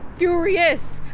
Furious